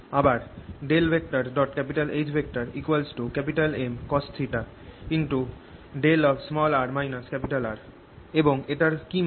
আবার H Mcosθ এবং এটার কি মানে